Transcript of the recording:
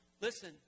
Listen